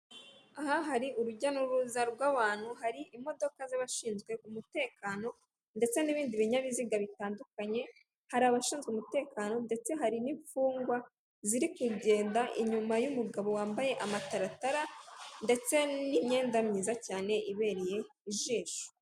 Aha hari urujya n'uruza rw'abantu, hari imodoka z'abashinzwe umutekano ndetse n'ibindi binyabiziga bitandukanye, hari abashinzwe umutekano ndetse hari n'imfungwa ziri kugenda inyuma y'umugabo wambaye amataratara ndetse n'imyenda myiza cyane ibereye ijisho.